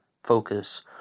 focus